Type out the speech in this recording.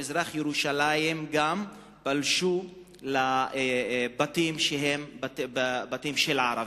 במזרח-ירושלים פלשו לבתים של ערבים.